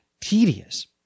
tedious